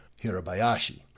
Hirabayashi